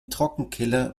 trockenkeller